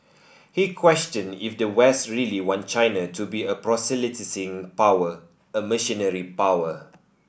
he questioned if the west really want China to be a proselytising power a missionary power